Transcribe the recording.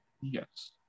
Yes